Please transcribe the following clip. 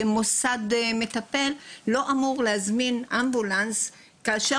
שהמוסד המטפל לא אמור להזמין אמבולנס כאשר